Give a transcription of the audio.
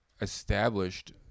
established